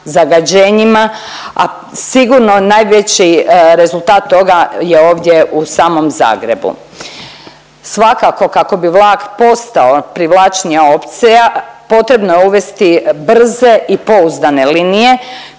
zagađenjima, a sigurno najveći rezultat toga je ovdje u samom Zagrebu. Svakako kako bi vlak postao privlačnija opcija potrebno je uvesti brze i pouzdane linije